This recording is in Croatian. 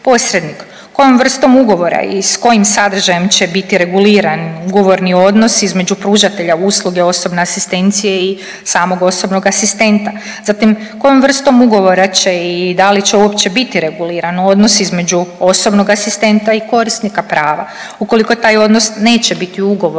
posrednik. Kojom vrstom ugovora i s kojim sadržajem će biti reguliran ugovorni odnos između pružatelja usluge osobne asistencije i samog osobnog asistenta. Zatim kojom vrstom ugovora će i da li uopće biti reguliran odnos između osobnog asistenta i korisnika prava. Ukoliko taj odnos neće biti ugovorno